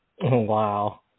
Wow